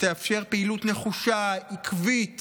שתאפשר פעילות נחושה ועקבית